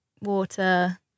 water